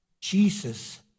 Jesus